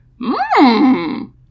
Mmm